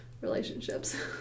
relationships